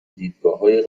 دیدگاههای